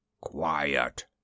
Quiet